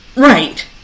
Right